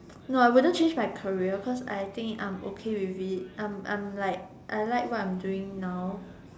no I wouldn't change my career cause I think I'm okay with it um um like I like what I'm doing now